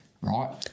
Right